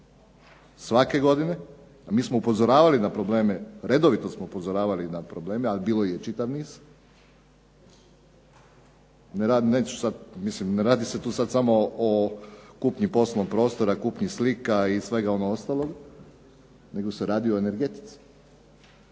svake godine, a mi smo upozoravali na probleme, redovito smo upozoravali na probleme a bilo ih je čitav niz. Ne radi se tu sada samo o kupnji poslovnih prostora, kupnji slika i svega onog ostalog, nego se radi o energetici.